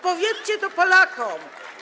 Powiedzcie to Polakom.